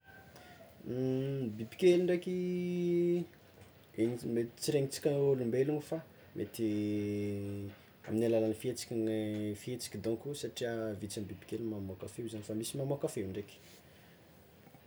Bibikely ndraiky, mety tsy regnitsika ôlombelogno fa mety amin'ny alalagny fihetsiky ny fihetsiky dônko satria vitsy ny bibikely no mamoaka feo zany fa misy mamoaka feo ndraiky.